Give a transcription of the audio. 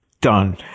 done